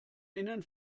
innen